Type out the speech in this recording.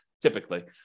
typically